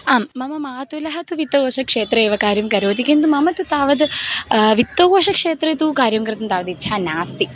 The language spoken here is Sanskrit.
आम् मम मातुलः तु वित्तकोषक्षेत्रे एव कार्यं करोति किन्तु मम तु तावद् वित्तकोषक्षेत्रे तु कार्यं कृतं तावद् इच्छा नास्ति